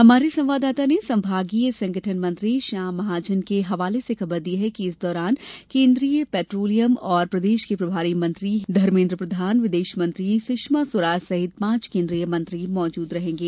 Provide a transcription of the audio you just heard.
हमारे संवाददाता ने संभागीय संगठन मंत्री श्याम महाजन के हवाले से खबर दी है कि इस दौरान केन्द्रीय पेट्रोलियम और प्रदेश के प्रभारी मंत्री धर्मेन्द्र प्रधान विदेश मंत्री सुषमा स्वराज सहित पांच केन्द्रीय मंत्री मौजूद रहेंगे